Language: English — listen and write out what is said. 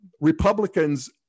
Republicans